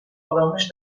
آرامش